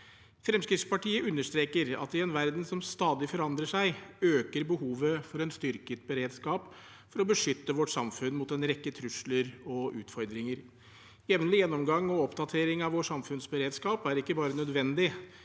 Fremskrittspartiet understreker at i en verden som stadig forandrer seg, øker behovet for en styrket beredskap for å beskytte vårt samfunn mot en rekke trusler og utfordringer. Jevnlig gjennomgang og oppdatering av vår samfunnsberedskap er ikke bare nødvendig;